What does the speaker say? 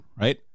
right